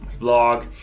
blog